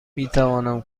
میتوانم